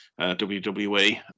WWE